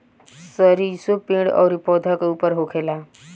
सरीसो पेड़ अउरी पौधा के ऊपर होखेला